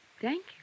Thank